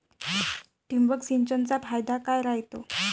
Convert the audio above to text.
ठिबक सिंचनचा फायदा काय राह्यतो?